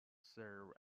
serve